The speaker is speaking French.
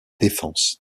défense